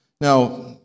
Now